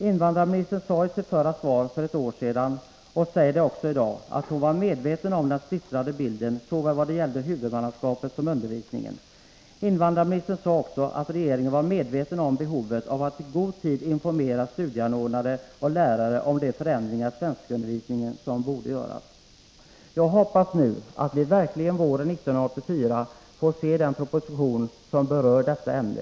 Invandrarministern sade i sitt svar för ett år sedan och säger också i dag att hon var medveten om den splittrade bilden såväl när det gällde huvudmannaskapet som när det gällde undervisningen. Hon sade också att regeringen var medveten om behovet av att i god tid informera studieanordnare och lärare om de förändringar i svenskundervisningen som borde göras. Jag hoppas nu att vi våren 1984 verkligen får se en proposition som berör detta ämne.